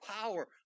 power